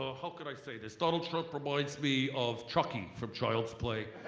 ah how can i say this? donald trump reminds me of chucky from child's play.